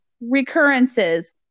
recurrences